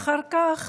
אחר כך